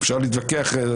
אפשר להתווכח,